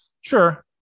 Sure